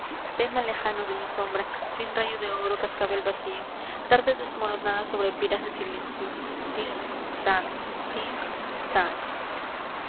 tema lejano de mi sombra sin rayo de oro cascabel vacío tarde desmoronada sobre piras de silencio tin tan